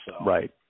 Right